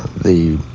the